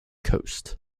coast